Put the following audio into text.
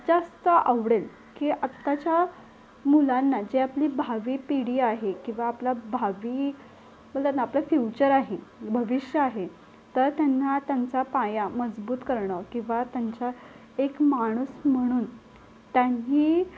जास्त आवडेल की आत्ताच्या मुलांना जे आपली भावी पिढी आहे किंवा आपला भावी बोलतात ना आपलं फ्युचर आहे भविष्य आहे तर त्यांना त्यांचा पाया मजबूत करणं किंवा त्यांचा एक माणूस म्हणून त्यांनी